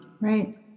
Right